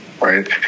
Right